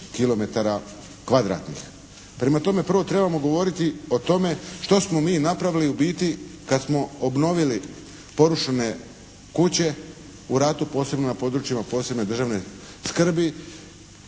kilometara kvadratnih. Prema tome prvo trebamo govoriti o tome što smo mi napravili u biti kad smo obnovili porušene kuće u ratu posebno na područjima posebne državne skrbi,